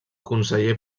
conseller